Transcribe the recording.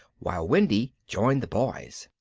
while wendy joined the boys.